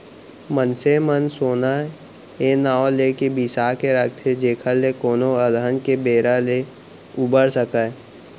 मनसे मन सोना ए नांव लेके बिसा के राखथे जेखर ले कोनो अलहन के बेरा ले उबर सकय